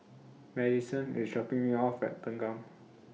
Madisyn IS dropping Me off At Thanggam